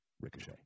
Ricochet